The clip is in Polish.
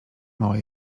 mała